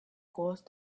caused